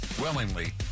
willingly